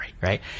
right